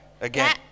again